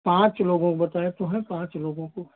पाँच लोगों बतायें तो हैं पाँच लोगों को